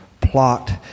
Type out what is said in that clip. plot